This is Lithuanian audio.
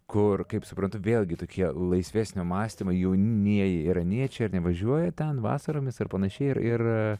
kur kaip suprantu vėlgi tokie laisvesnio mąstymo jaunieji iraniečiai ar ne važiuoja ten vasaromis ar panašiai ir ir